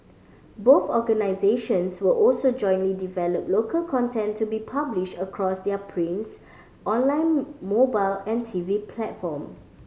both organisations were also jointly develop local content to be published across their prints online mobile and T V platform